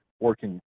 working